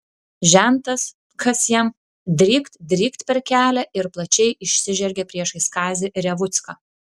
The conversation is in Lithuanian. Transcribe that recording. žentas kas jam drykt drykt per kelią ir plačiai išsižergė priešais kazį revucką